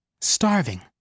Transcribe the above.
Starving